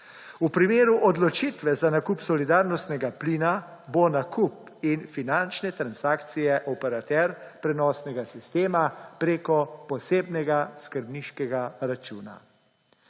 V primeru odločitve za nakup solidarnostnega plina bo nakup in finančne transakcije operater prenosnega sistema izvajal prek posebnega skrbniškega računa.